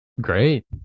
Great